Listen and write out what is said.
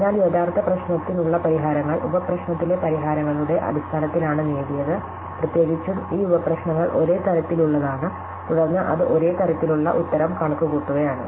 അതിനാൽ യഥാർത്ഥ പ്രശ്നത്തിനുള്ള പരിഹാരങ്ങൾ ഉപ പ്രശ്നത്തിലെ പരിഹാരങ്ങളുടെ അടിസ്ഥാനത്തിലാണ് നേടിയത് പ്രത്യേകിച്ചും ഈ ഉപ പ്രശ്നങൾ ഒരേ തരത്തിലുള്ളതാണ് തുടർന്ന് അത് ഒരേ തരത്തിലുള്ള ഉത്തരം കണക്കുകൂട്ടുകയാണ്